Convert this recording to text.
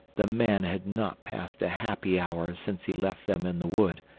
the man had not passed a happy hour since he left them in the wood,